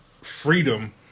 freedom